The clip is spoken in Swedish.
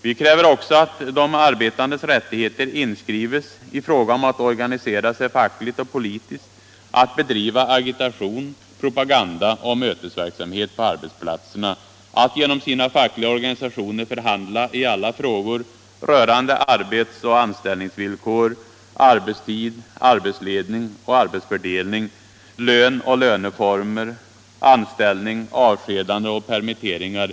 Vi kräver också att de arbetandes rättigheter inskrivs i fråga om att organisera sig fackligt och politiskt, att bedriva agitation, propaganda och mötesverksamhet på arbetsplatserna, och att genom sina fackliga organisationer förhandla i alla frågor rörande arbetsoch anställningsvillkor, arbetstid, arbetsledning och arbetsfördelning, lön och löneformer, anställning, avskedanden och permitteringar.